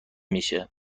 میشه